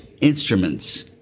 instruments